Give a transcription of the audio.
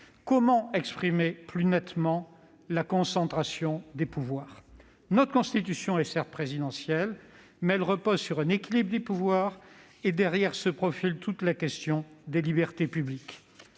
Comment exprimer plus nettement la concentration des pouvoirs ? Notre Constitution est certes présidentielle, mais elle repose sur un équilibre des pouvoirs et, derrière, se profile toute la question des libertés publiques.